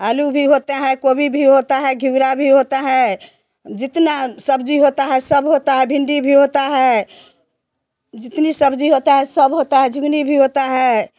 आलू भी होता है कोभी भी होता है गिरवा भी होता है जितना सब्ज़ी होता है सब होता है भिंडी भी होता है जितनी सब्ज़ी होता है सब होता है जितनी भी होता